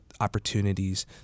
opportunities